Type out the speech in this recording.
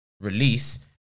release